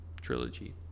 Trilogy